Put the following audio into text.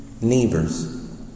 neighbors